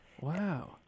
Wow